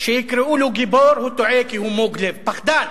שיקראו לו גיבור הוא טועה, כי הוא מוג לב, פחדן.